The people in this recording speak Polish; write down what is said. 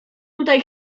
tutaj